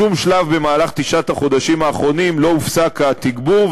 בשום שלב בתשעת החודשים האחרונים לא הופסק התגבור,